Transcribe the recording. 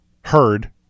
heard